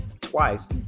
Twice